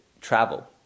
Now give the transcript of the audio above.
travel